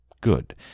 Good